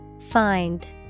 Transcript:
Find